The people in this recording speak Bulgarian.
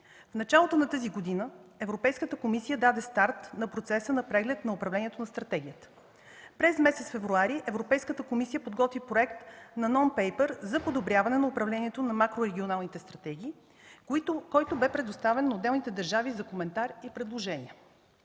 В началото на тази година Европейската комисия даде старт на процеса на преглед на управлението на стратегиите. През месец февруари Европейската комисия подготви проект на нон пейпър за подобряване на управлението на макрорегионалните стратегии, който бе предоставен на отделните държави за коментар и предложения.